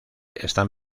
están